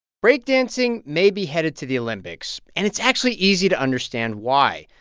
break dancing may be headed to the olympics, and it's actually easy to understand why.